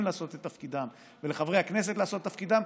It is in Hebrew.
לעשות את תפקידם ולחברי הכנסת לעשות את תפקידם,